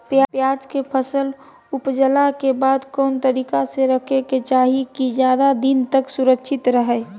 प्याज के फसल ऊपजला के बाद कौन तरीका से रखे के चाही की ज्यादा दिन तक सुरक्षित रहय?